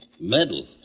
Medal